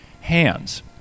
hands